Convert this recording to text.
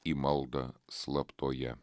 į maldą slaptoje